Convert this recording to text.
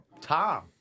Tom